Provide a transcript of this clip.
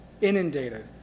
inundated